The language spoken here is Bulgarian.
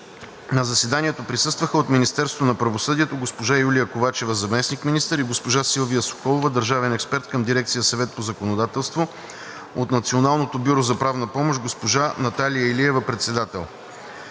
На заседанието присъстваха: от Министерството на правосъдието – госпожа Юлия Ковачева – заместник-министър, и госпожа Силвия Соколова – държавен експерт към дирекция „Съвет по законодателство“; от Националното бюро за правна помощ – госпожа Наталия Илиева – председател.